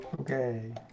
Okay